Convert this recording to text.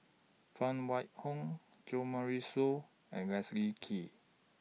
Phan Wait Hong Jo Marion Seow and Leslie Kee